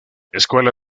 escuela